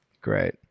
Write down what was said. Great